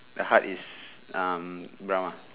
the hut is um brown ah